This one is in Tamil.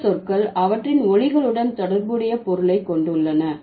இந்த சொற்கள் அவற்றின் ஒலிகளுடன் தொடர்புடைய பொருளை கொண்டுள்ளன